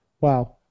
Wow